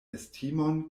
estimon